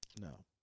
No